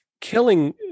killing